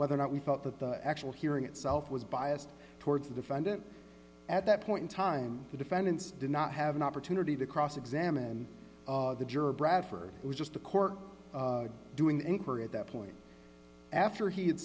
whether or not we thought that the actual hearing itself was biased towards the defendant at that point in time the defendants did not have an opportunity to cross examine the juror bradford was just a court doing inquiry at that point after he had